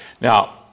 Now